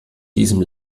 diesem